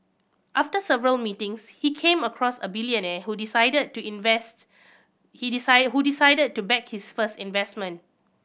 after several meetings he came across a billionaire who decided to invest he decided who decided to back his first investment